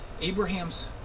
abraham's